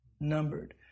Numbered